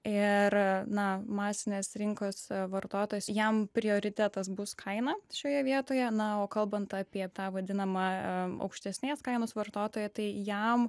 ir na masinės rinkos vartotojas jam prioritetas bus kaina šioje vietoje na o kalbant apie tą vadinamą aukštesnės kainos vartotoją tai jam